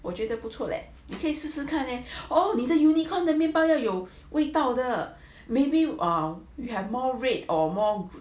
我觉得不错 leh 可以试试看你 unicorn 的面包要有味道的 maybe or you have more red or more